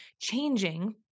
changing